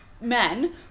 men